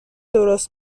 درست